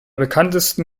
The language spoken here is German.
bekanntesten